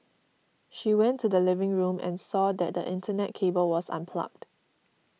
she went to the living room and saw that the Internet cable was unplugged